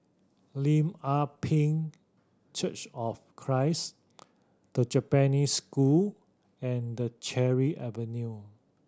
Lim Ah Pin Church of Christ The Japanese School and Cherry Avenue